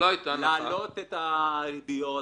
להעלות את הריביות,